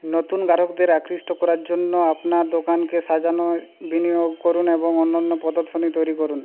নতুন গ্রাহকদের আকৃষ্ট করার জন্য আপনার দোকানকে সাজানোয় বিনিয়োগ করুন এবং অন্যান্য প্রদর্শনী তৈরি করুন